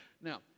Now